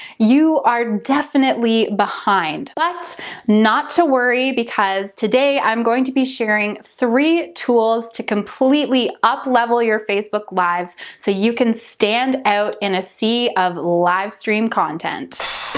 you are definitely behind. but not to worry, because today i'm going to be sharing three tools to completely up-level your facebook live's so you can stand out in a sea of live stream content.